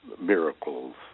miracles